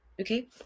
okay